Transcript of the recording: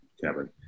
Kevin